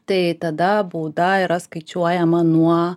tai tada bauda yra skaičiuojama nuo